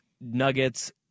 Nuggets